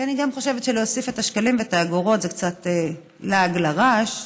אני גם חושבת שלהוסיף את השקלים והאגורות זה קצת לעג לרש,